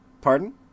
Pardon